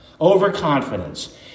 overconfidence